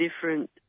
different